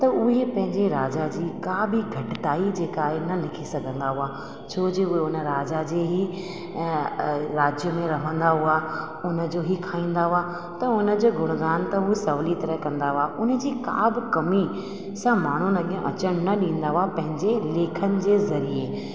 त उहे पंहिंजे राजा जी का बि घटिताई जेका आहे न लिखी सघंदा हुआ छोजे उहे हुन राजा जे ई ऐं राज्य में रहंदा हुआ हुन जो ई खाईंदा हुआ त उन जो गुणगान त उहे सहुली तरह कंदा हुआ उन जी का बि कमी सां माण्हू न ईअं अचण न ॾींदा हुआ पंहिंजे लेखन जे ज़रिए